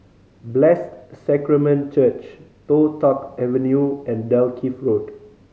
Blessed Sacrament Church Toh Tuck Avenue and Dalkeith Road